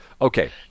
Okay